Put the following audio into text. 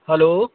hello